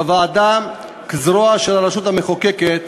הוועדה, כזרוע של הרשות המחוקקת,